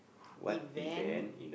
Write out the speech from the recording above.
event